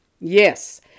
Yes